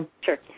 sure